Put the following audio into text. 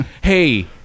Hey